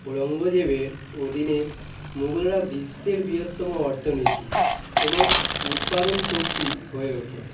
ঔরঙ্গজেবের অধীনে মোগলরা বিশ্বের বৃহত্তম অর্থনীতি এবং উৎপাদন শক্তি হয়ে ওঠে